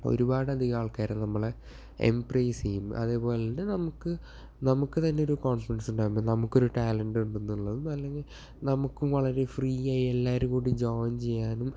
ഒരുപാടധികമാൾക്കാർ നമ്മളെ എംബ്രേസ് ചെയ്യും അതേപോലെ തന്നെ നമുക്ക് നമുക്ക് തന്നെ ഒരു കോൺഫിഡൻസ് ഉണ്ടാകും നമുക്കൊരു ടാലൻറ്റ് ഉണ്ടെന്നുള്ളതും അല്ലെങ്കിൽ നമുക്കും വളരെ ഫ്രീയായി എല്ലാരുടെ കൂടെ ജോയിൻ ചെയ്യാനും